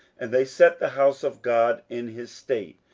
and they set the house of god in his state,